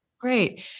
Great